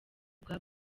ubwa